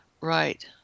Right